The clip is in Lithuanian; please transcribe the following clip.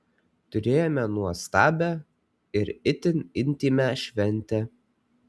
turėjome nuostabią ir itin intymią šventę